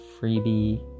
freebie